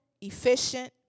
efficient